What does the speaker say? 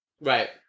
Right